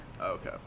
Okay